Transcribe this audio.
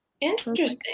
interesting